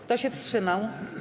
Kto się wstrzymał?